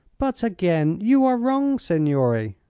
but again you are wrong, signore,